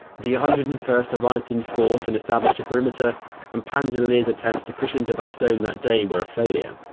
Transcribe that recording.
the one hundred and first arrived in force and established a perimeter and panzer lehr's attempts to push into bastogne that day were a failure.